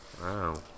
Wow